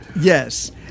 Yes